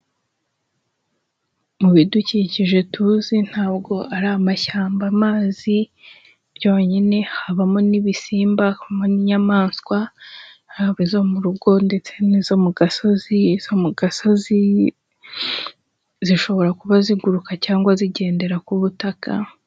Mu bidukikije tuzi ntabwo ari amashyamba, amazi byonyine habamo n'ibisimba, habamo n'inyamaswa haba izo mu rugo ndetse n'izo mu gasozi, izo mu gasozi zishobora kuba ziguruka cyangwa zigendera ku butaka.